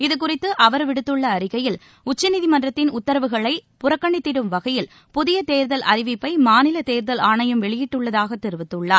இதுகுறித்து அவர் விடுத்துள்ள அறிக்கையில் உச்சநீதிமன்றத்தின் உத்தரவுகளை புறக்கணித்திடும் வகையில் புதிய தேர்தல் அறிவிப்பை மாநில தேர்தல் ஆணையம் வெளியிட்டுள்ளதாக தெரிவித்துள்ளார்